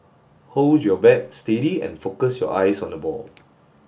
hold your bat steady and focus your eyes on the ball